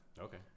Okay